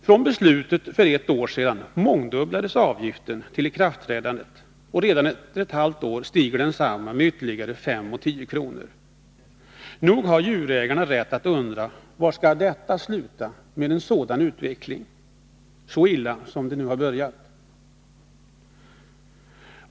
Från det att beslutet fattades för ett år sedan och fram till ikraftträdandet mångdubblades avgiften. Redan efter ett halvt år stiger densamma med ytterligare 5 resp. 10 kr. Nog har djurägarna rätt att undra: Var skall detta sluta — med en sådan utveckling — så illa som det har börjat?